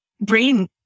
brain